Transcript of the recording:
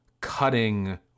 cutting